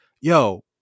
Yo